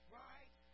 right